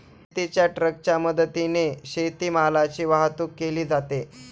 शेतीच्या ट्रकच्या मदतीने शेतीमालाची वाहतूक केली जाते